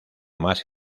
más